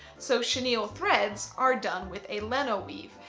so chenille threads are done with a leno weave.